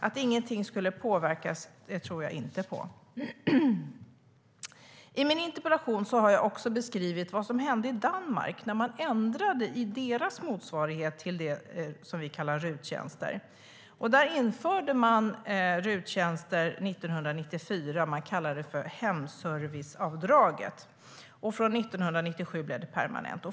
Att ingenting skulle påverkas tror jag inte på.I min interpellation har jag beskrivit vad som hände i Danmark när de ändrade i sin motsvarighet till det som vi kallar RUT-tjänster. Där infördes RUT-tjänster 1994 - det kallas hemserviceavdrag - och från 1997 blev det permanent.